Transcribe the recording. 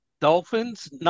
Dolphins